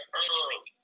early